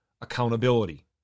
accountability